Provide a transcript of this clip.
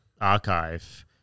archive